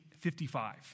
1955